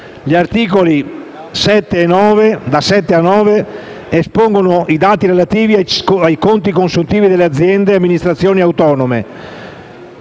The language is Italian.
Gli articoli da 7 a 9 espongono i dati relativi ai conti consuntivi delle aziende e amministrazioni autonome.